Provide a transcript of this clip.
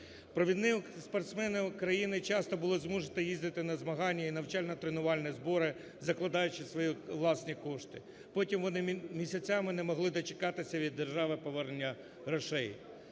Провідні спортсмени України часто були змушені їздити на змагання і навчально-тренувальні збори, закладаючи свої власні кошти. Потім вони місяцями не могли дочекатися від держави повернення грошей.